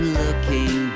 looking